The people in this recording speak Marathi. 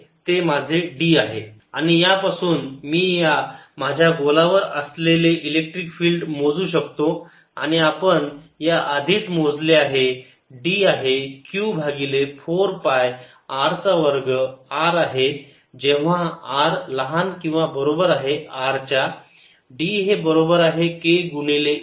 4πr2QD Q4πr2 r आणि यापासून मी या माझ्या गोलावर असलेले इलेक्ट्रिक फील्ड मोजू शकतो आणि आपण या आधीच मोजले आहे D आहे q भागिले 4 पाय r चा वर्ग r आहे जेव्हा r लहान किंवा बरोबर आहे R च्या D हे बरोबर आहे k गुणिले E